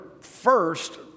first